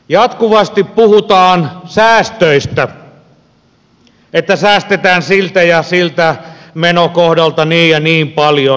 jatkuvasti puhutaan säästöistä että säästetään siltä ja siltä menokohdalta niin ja niin paljon